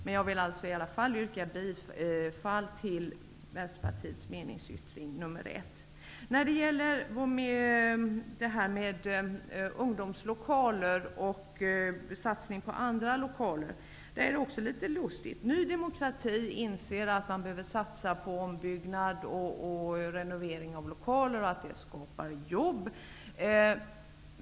Men jag vill i alla fall yrka bifall till Vänsterpartiets meningsyttring 1. När det gäller satsningar på ungdomslokaler och andra lokaler är det litet lustigt. Ny demokrati inser att man behöver satsa på ombyggnad och renovering av lokaler och att detta skapar jobb.